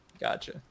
Gotcha